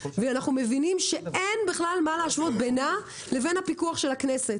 ואנחנו מבינים שאין בכלל מה להשוות בינה לבין הפיקוח של הכנסת.